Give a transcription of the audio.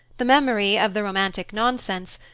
the memory of the romantic nonsense,